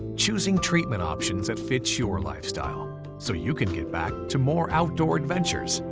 choosing treatment options that fit your lifestyle so you can get back to more outdoor adventures,